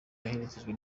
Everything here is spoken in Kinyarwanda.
aherekejwe